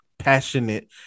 passionate